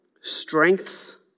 Strengths